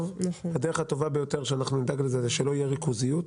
הדרך הטובה ביותר שנדאג לזה היא שלא תהיה ריכוזיות,